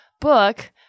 book